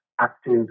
active